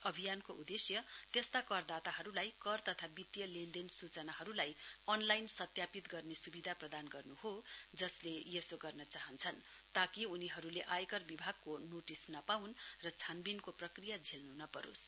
अभियानको उदेश्य त्यस्ता करदाताहरुलाई कर तथा वित्तीय लेनदेन सूचनाहरुलाई अनलाइन सत्यापित गर्ने सुविधा प्रदान गर्नु हो जसले यसो गर्न चाहन्छन ताकि उनीहरुले आयकर विभागको नोटिस नपाउन् र चानवीनको प्रक्रिया झेल्नु नपरोस्